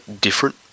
different